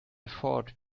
thought